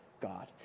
God